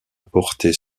porter